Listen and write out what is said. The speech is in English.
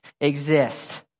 exist